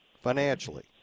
financially